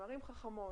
ערים חכמות.